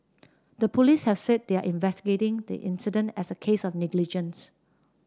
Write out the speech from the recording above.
the police have said they are investigating the incident as a case of negligence